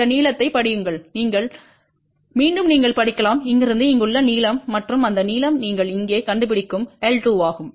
இந்த நீளத்தைப் படியுங்கள் மீண்டும் நீங்கள் படிக்கலாம் இங்கிருந்து இங்குள்ள நீளம் மற்றும் அந்த நீளம் நீங்கள் இங்கே கண்டுபிடிக்கும் L2 ஆகும்